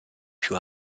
più